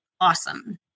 awesome